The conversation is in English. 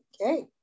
okay